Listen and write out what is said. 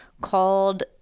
called